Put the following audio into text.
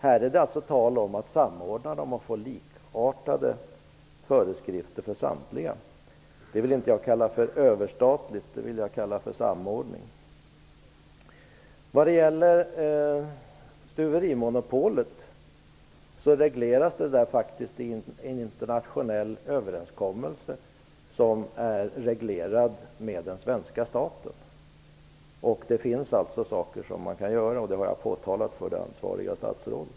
Här är det alltså tal om att samordna dem och få likartade föreskrifter för samtliga länder. Jag vill inte kalla det för överstatligt, utan för en samordning. Det finns alltså saker som kan göras, vilket jag har påpekat för det ansvariga statsrådet.